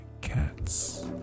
cats